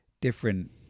different